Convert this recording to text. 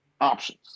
options